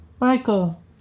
Michael